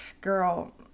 Girl